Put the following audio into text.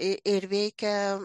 ir veikė